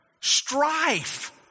Strife